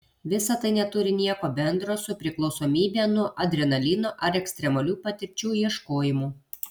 visa tai neturi nieko bendro su priklausomybe nuo adrenalino ar ekstremalių patirčių ieškojimu